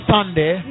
Sunday